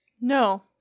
No